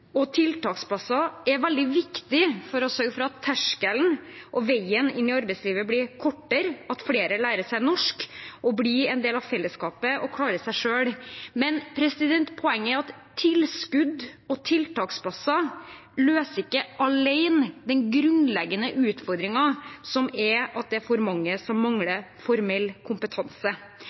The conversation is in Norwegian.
og tiltaksplasser er veldig viktig for å sørge for at terskelen blir lavere og veien inn i arbeidslivet blir kortere, at flere lærer seg norsk og blir en del av fellesskapet og klarer seg selv. Men poenget er at tilskudd og tiltaksplasser alene ikke løser den grunnleggende utfordringen, som er at det er for mange som mangler formell kompetanse.